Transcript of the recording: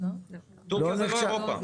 טורקיה זה לא אירופה.